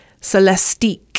Celestique